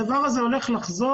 אבל הדבר הזה הולך לחזור.